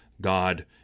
God